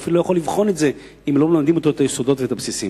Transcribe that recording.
הוא אפילו לא יכול לבחון את זה אם לא מלמדים אותו את היסודות ואת הבסיס.